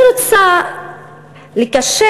אני רוצה לקשר